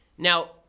Now